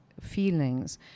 feelings